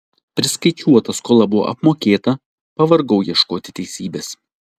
priskaičiuota skola buvo apmokėta pavargau ieškoti teisybės